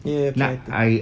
ya try to